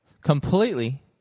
completely